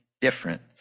different